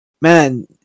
Man